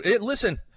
Listen